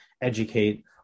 educate